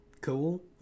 cool